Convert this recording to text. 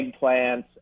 eggplants